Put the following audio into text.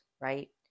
right